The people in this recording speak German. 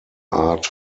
art